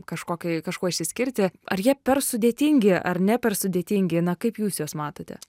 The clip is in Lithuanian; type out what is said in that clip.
kažkokį kažkuo išsiskirti ar jie per sudėtingi ar ne per sudėtingi na kaip jūs juos matote